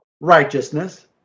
righteousness